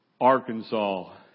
Arkansas